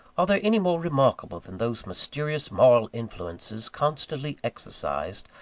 are there any more remarkable than those mysterious moral influences constantly exercised,